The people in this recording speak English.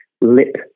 lip